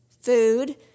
food